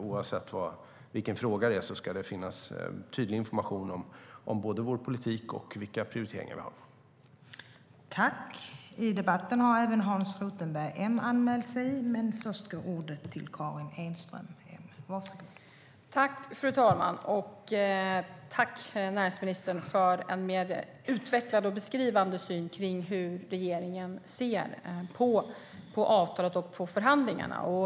Oavsett fråga ska det finnas tydlig information om både vår politik och vilka prioriteringar vi har.